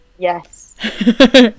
Yes